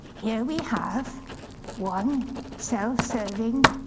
here we have one self-serving,